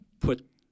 put